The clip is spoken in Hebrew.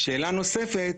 שאלה נוספת,